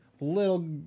little